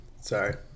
Sorry